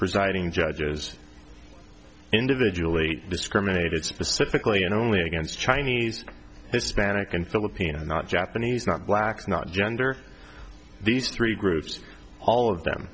presiding judge is individually discriminated specifically and only against chinese hispanic and filipino not japanese not blacks not gender these three groups all of them